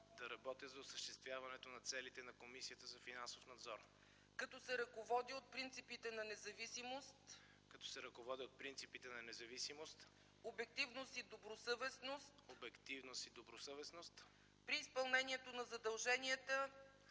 да работя за осъществяването на целите на Комисията за финансов надзор, като се ръководя от принципите на независимост, обективност и добросъвестност при изпълнението на задълженията,